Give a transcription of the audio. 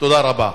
תודה רבה.